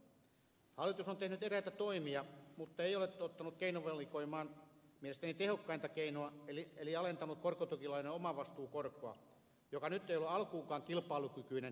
hallitus on tehnyt eräitä toimia mutta ei ole ottanut keinovalikoimaan mielestäni tehokkainta keinoa eli alentanut korkotukilainan omavastuukorkoa joka nyt ei ole alkuunkaan kilpailukykyinen tällä korkotasolla